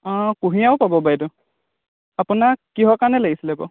অঁ কুঁহিয়াৰো পাব বাইদেউ আপোনাক কিহৰ কাৰণে লাগিছিলে বাৰু